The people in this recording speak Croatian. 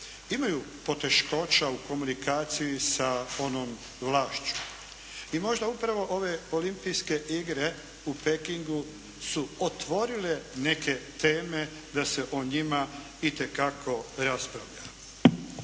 imaju poteškoća u komunikaciji sa onom vlašću. I možda upravo ove Olimpijske igre u Pekingu su otvorile neke teme da se o njima itekako raspravlja.